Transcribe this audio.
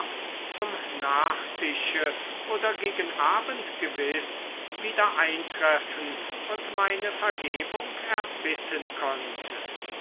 zum nachtische oder gegen abend gewiß wieder eintreffen und meine vergebung erbitten konnte